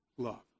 Love